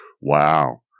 wow